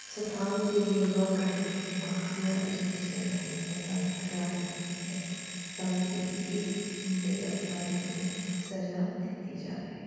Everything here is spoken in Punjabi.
ਸਥਾਨ 'ਤੇ ਵੇਰਵਾ ਕਰਕੇ ਖੁਫੀਆ ਏਜੰਸੀਆਂ ਰਾਹੀਂ ਪਤਾ ਕਰਵਾ ਲੈਂਦੀ ਹੈ ਤਾਂ ਕਿ ਇਸ ਦੇ ਅਪਰਾਧੀ ਨੂੰ ਸਜ਼ਾ ਦਿੱਤੀ ਜਾਵੇ